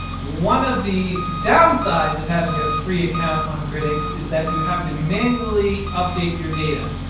one of the downsides of having a free account on grytics is that you have to manually update your data.